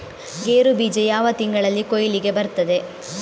ಗೇರು ಬೀಜ ಯಾವ ತಿಂಗಳಲ್ಲಿ ಕೊಯ್ಲಿಗೆ ಬರ್ತದೆ?